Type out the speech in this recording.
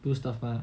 do stuff ah